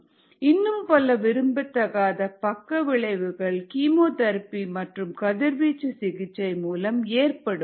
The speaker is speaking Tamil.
இன்னும் பல விரும்பத்தகாத பக்க விளைவுகள் கீமோதெரபி மற்றும் கதிர்வீச்சு சிகிச்சை மூலம் ஏற்படும்